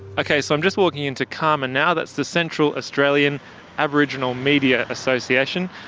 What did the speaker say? ok, so i'm just walking into caama now. that's the central australian aboriginal media association.